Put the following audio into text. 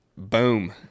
Boom